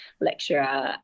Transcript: lecturer